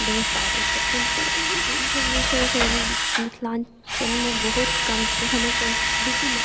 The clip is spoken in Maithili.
बढ़ि पाबै छथिन तऽ ईसब जे छै से मिथिलाञ्चलमे बहुत कम छै हमर संस्कृतिमे